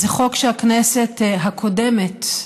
זה חוק שהכנסת הקודמת,